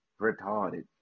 retarded